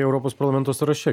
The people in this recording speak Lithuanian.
europos parlamento sąraše